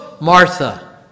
Martha